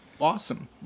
awesome